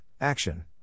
action